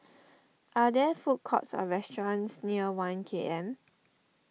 are there food courts or restaurants near one K M